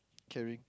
caring